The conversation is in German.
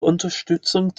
unterstützung